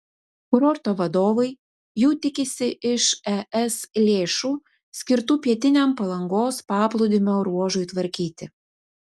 kurorto vadovai jų tikisi iš es lėšų skirtų pietiniam palangos paplūdimio ruožui tvarkyti